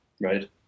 right